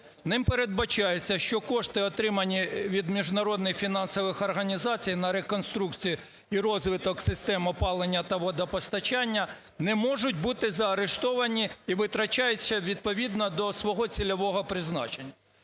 Ним передбачається, що кошти, отримані від міжнародних фінансових організацій на реконструкцію і розвиток систем опалення та водопостачання, не можуть бути заарештовані і витрачаються відповідно до свого цільового призначення.